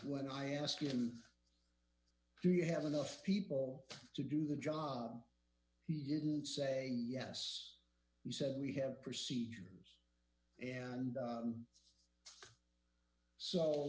when i asked him do you have enough people to do the job he didn't say yes he said we have procedures and